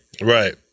Right